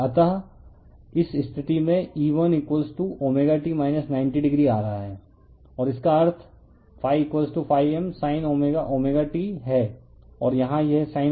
अतः इस स्थिति में E1 ω t 90o आ रहा है और इसका अर्थ m sin t है और यहाँ यह sin ω t 90o है तो मैं इसे क्लियर कर रहा हूँ